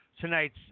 tonight's